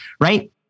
Right